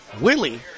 Willie